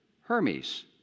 Hermes